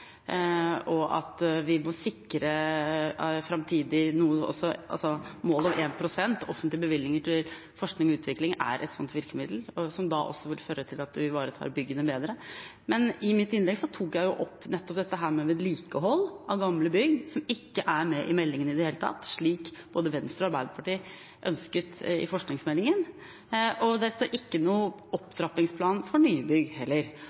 å prioritere. Vi må sikre noe framtidig også. Målet om 1 pst. offentlige bevilgninger til forskning og utvikling er et sånt virkemiddel, som da også vil føre til at man ivaretar byggene bedre. Men i mitt innlegg tok jeg opp nettopp dette med vedlikehold av gamle bygg, som ikke er med i meldingen i det hele tatt, men som både Venstre og Arbeiderpartiet ønsket i forskningsmeldingen. Det står ikke noe om opptrappingsplan for nybygg heller.